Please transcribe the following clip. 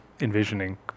envisioning